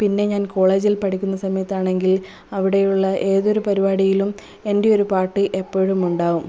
പിന്നെ ഞാൻ കോളേജിൽ പഠിക്കുന്ന സമയത്താണെങ്കിൽ അവിടെയുള്ള ഏതൊരു പരിപാടിയിലും എൻ്റെ ഒരു പാട്ട് എപ്പോഴും ഉണ്ടാകും